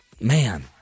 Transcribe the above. man